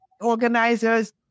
organizers